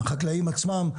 החקלאים עצמם,